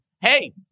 hey